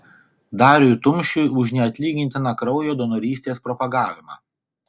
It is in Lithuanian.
dariui tumšiui už neatlygintiną kraujo donorystės propagavimą